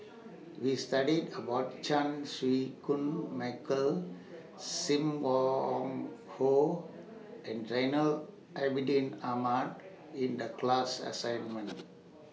We studied about Chan Chew Koon Michael SIM Wong Hoo and Zainal Abidin Ahmad in The class assignment